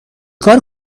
کار